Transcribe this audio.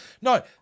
No